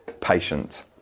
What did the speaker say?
patient